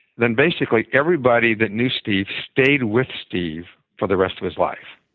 then basically everybody that knew steve stayed with steve for the rest of his life.